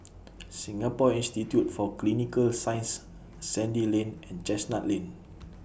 Singapore Institute For Clinical Sciences Sandy Lane and Chestnut Lane